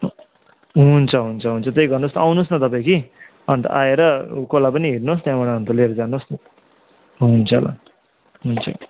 हुन्छ हुन्छ हुन्छ त्यही गर्नुहोस् आउनुहोस् न तपाईँ कि अन्त आएर कोला पनि हेर्नुहोस् त्यहाँबाट अन्त लिएर जानुहोस् न हुन्छ ल हुन्छ